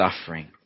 suffering